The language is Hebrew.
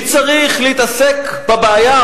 מי צריך להתעסק בבעיה?